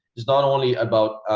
it's not only about